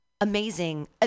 amazing